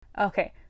Okay